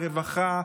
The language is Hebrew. רווחה,